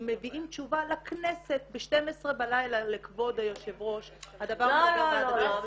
מביאים תשובה לכנסת ב-12 בלילה לכבוד היושבת ראש --- לא לא,